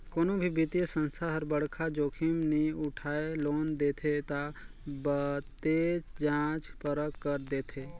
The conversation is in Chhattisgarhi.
कोनो भी बित्तीय संस्था हर बड़खा जोखिम नी उठाय लोन देथे ता बतेच जांच परख कर देथे